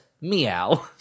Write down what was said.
meow